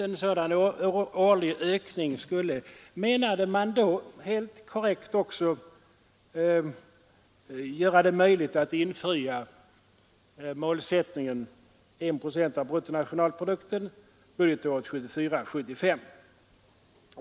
En sådan årlig ökning skulle, menade man då helt korrekt, göra det möjligt att infria målsättningen 1 procent av bruttonationalprodukten budgetåret 1974/75.